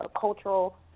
cultural